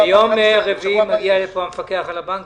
ביום רביעי מגיע לפה המפקח על הבנקים,